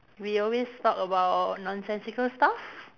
we always talk about nonsense secret stuff